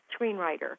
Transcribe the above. screenwriter